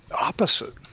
opposite